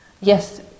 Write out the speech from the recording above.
Yes